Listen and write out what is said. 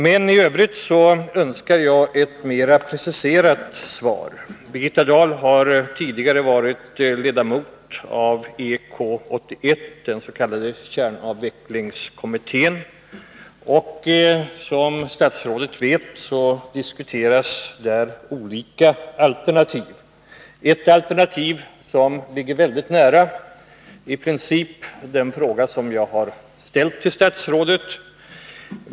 Jag önskar emellertid få ett mer preciserat svar. Birgitta Dahl har tidigare varit ledamot av EK 81, den s.k. kärnkraftsavvecklingskommittén. Som statsrådet vet diskuterades där olika alternativ. Ett alternativ ligger i princip väldigt nära den fråga som jag har ställt till statsrådet.